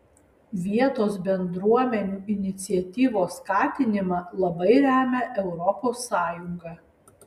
vietos bendruomenių iniciatyvos skatinimą labai remia europos sąjunga